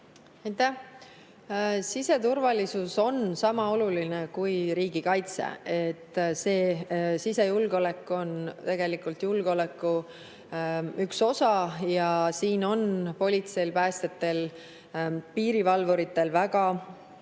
Aitäh! Siseturvalisus on sama oluline kui riigikaitse. Sisejulgeolek on tegelikult julgeoleku üks osa ja siin on politseil, päästjatel ja piirivalvuritel väga